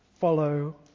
follow